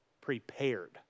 prepared